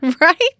Right